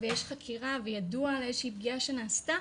ויש חקירה וידוע על איזושהי פגיעה שנעשתה,